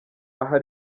aha